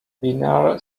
linear